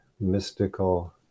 mystical